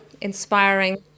inspiring